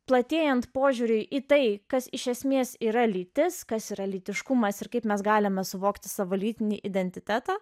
platėjant požiūriui į tai kas iš esmės yra lytis kas yra lytiškumas ir kaip mes galime suvokti savo lytinį identitetą